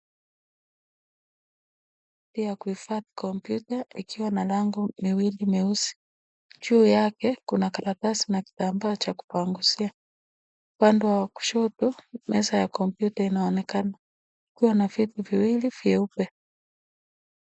Eneo la kufifadhi komyuta ikiwa na lango mbili meusi. Juu yake kuna karatasi na kitambaa cha kupanguzia. Upande wa kushoto meza ya komyuta inaonekana ikiwa na viti viwili vyeupe.